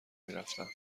میرفتم